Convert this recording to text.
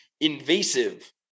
invasive